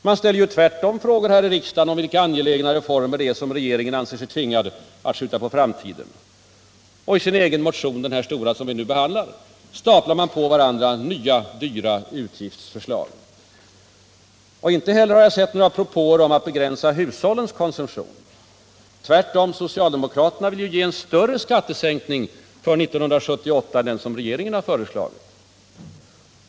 Man ställer tvärtom frågor i riksdagen om vilka angelägna reformer som regeringen anser sig tvingad att skjuta på framtiden. Och i sin egen motion, den stora som vi nu behandlar, staplar man på varandra nya dyra utgiftsförslag. Inte heller har jag sett några propåer om att begränsa hushållens konsumtion. Tvärtom. Socialdemokraterna vill ge en större skattesänkning för 1978 än den regeringen har föreslagit.